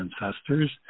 Ancestors